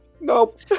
Nope